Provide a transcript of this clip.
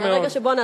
יפה מאוד.